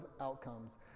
outcomes